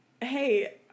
Hey